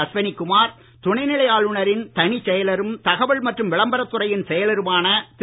அஸ்வனிகுமார் துணைநிலை ஆளுநரின் தனிச் செயலரும் தகவல் மற்றும் விளம்பரத்துறையின் செயலருமான திரு